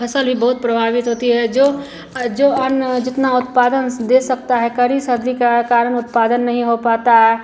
फ़सल भी बहुत प्रभावित होती है जो अ जो अन्न जितना उत्पादन दे सकता है कड़ी सर्दी के कारण उत्पादन नहीं हो पाता है